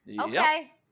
Okay